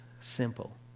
simple